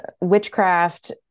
witchcraft